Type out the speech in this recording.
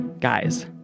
Guys